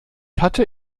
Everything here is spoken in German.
hatte